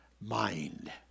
mind